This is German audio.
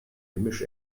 gemisch